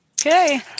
Okay